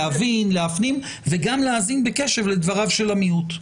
להבין ולהפנים וגם להאזין בקשב לדבריו של המיעוט.